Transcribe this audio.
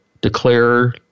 declare